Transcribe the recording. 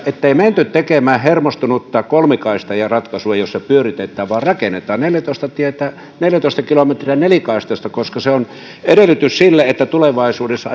ettei menty tekemään hermostunutta kolmikaistaratkaisua jossa pyöritetään vaan rakennetaan neljätoista kilometriä nelikaistaista koska se on edellytys sille että tulevaisuudessa